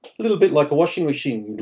little bit like a washing machine,